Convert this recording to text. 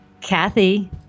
Kathy